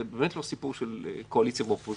זה באמת לא סיפור של קואליציה ואופוזיציה.